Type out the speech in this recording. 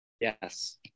Yes